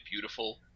beautiful